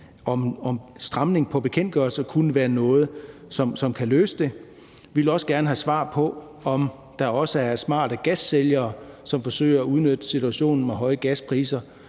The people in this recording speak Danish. om stramning af bekendtgørelser kunne være noget, som kan løse det. Vi vil også gerne have svar på, om der også er smarte gassælgere, som forsøger at udnytte situationen med høje gaspriser.